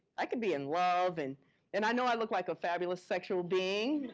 i could be in love. and and i know i look like a fabulous sexual being.